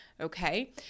okay